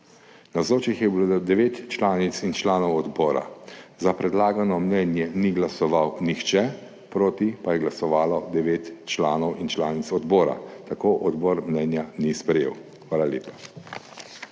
Navzočih je bilo devet članic in članov odbora, za predlagano mnenje ni glasoval nihče, proti pa je glasovalo devet članov in članic odbora, tako odbor mnenja ni sprejel. Hvala lepa.